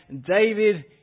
David